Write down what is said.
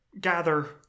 gather